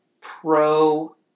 pro